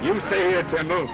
you know